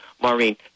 Maureen